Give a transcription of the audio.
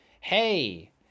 Hey